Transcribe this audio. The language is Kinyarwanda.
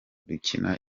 dukina